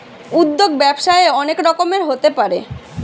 উদ্যোগ ব্যবসায়ে অনেক রকমের হতে পারে